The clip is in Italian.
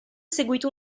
seguito